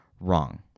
wrong